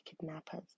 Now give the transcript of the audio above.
kidnappers